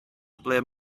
ble